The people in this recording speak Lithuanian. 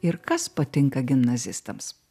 ir kas patinka gimnazistams